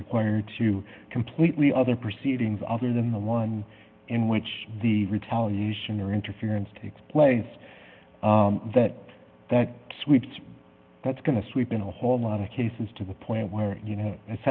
required to completely other proceedings other than the one in which the retaliation or interference takes place that that sweeps that's going to sweep in a whole lot of cases to the point where you know